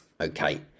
Okay